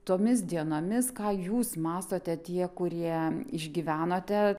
tomis dienomis ką jūs mąstote tie kurie išgyvenote